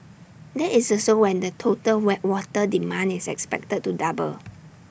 that is also when the total why water demand is expected to double